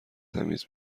تمیز